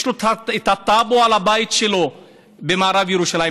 שיש לו טאבו על הבית שלו במערב ירושלים,